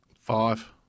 five